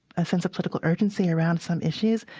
a sense of political urgency around some issues,